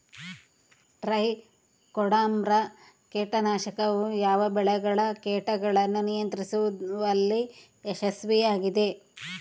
Trichoderma ಕೇಟನಾಶಕವು ಯಾವ ಬೆಳೆಗಳ ಕೇಟಗಳನ್ನು ನಿಯಂತ್ರಿಸುವಲ್ಲಿ ಯಶಸ್ವಿಯಾಗಿದೆ?